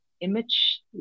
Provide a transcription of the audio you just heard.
image